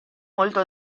molto